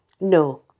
No